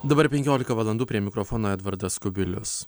dabar penkiolika valandų prie mikrofono edvardas kubilius